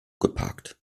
geparkt